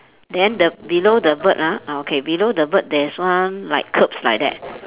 then the below the bird ah ah okay below the bird there's one like curbs like that